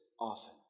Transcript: often